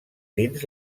dins